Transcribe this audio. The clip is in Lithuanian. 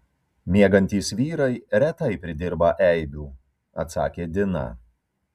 miegantys vyrai retai pridirba eibių atsakė dina